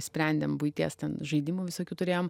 sprendėm buities ten žaidimų visokių turėjom